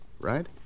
right